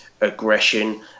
aggression